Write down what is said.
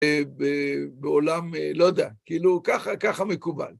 בעולם, לא יודע, כאילו ככה, ככה מקובל.